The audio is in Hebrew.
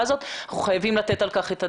הזאת ואנחנו חייבים לתת על כך את הדעת.